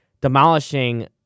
demolishing